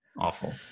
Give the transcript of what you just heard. awful